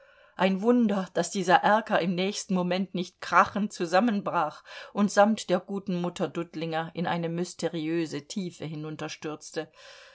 ein wunder daß dieser erker im nächsten moment nicht krachend zusammenbrach und samt der guten mutter dudlinger in eine mysteriöse tiefe